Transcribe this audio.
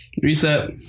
Reset